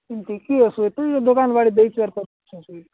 କିନ୍ତି କିଏ ଆସିବ ତୁଇ ତ ଦୋକାନ ବାଡ଼ି ବ ଦେଇଛୁ ଆର୍ କାଣା ଅସୁବିଧା